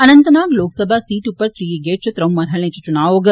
Anantnag Lok Sabha seat उप्पर त्रीए गेड़ च त्र'ऊं मरहलें च चुनां होग